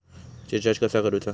Recharge कसा करूचा?